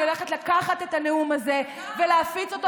אני הולכת לקחת את הנאום הזה ולהפיץ אותו